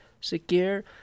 secure